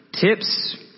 tips